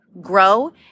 grow